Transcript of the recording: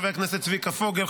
חבר הכנסת צביקה פוגל,